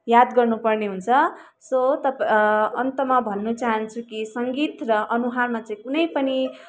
याद गर्नुपर्ने हुन्छ सो तपाईँ अन्तमा भन्नु चाहन्छु कि सङ्गीत र अनुहारमा चाहिँ कुनै पनि